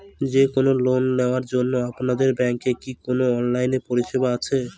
যে কোন লোন নেওয়ার জন্য আপনাদের ব্যাঙ্কের কি কোন অনলাইনে পরিষেবা আছে?